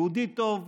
יהודי טוב,